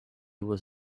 was